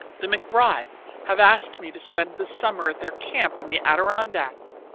the mcbrides have asked me to spend the summer at their camp in the adirondacks!